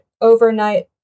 overnight